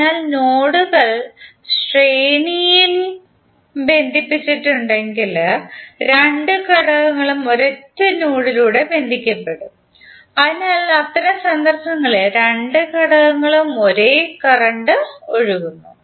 അതിനാൽ നോഡുകൾ ശ്രേണിയിൽ ബന്ധിപ്പിച്ചിട്ടുണ്ടെങ്കിൽ രണ്ട് ഘടകങ്ങളും ഒരൊറ്റ നോഡിലൂടെ ബന്ധിപ്പിക്കപ്പെടും അതിനാൽ അത്തരം സന്ദർഭങ്ങളിൽ രണ്ട് ഘടകങ്ങളിലും ഒരേ കറന്റ് ഒഴുകുന്നു